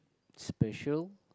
special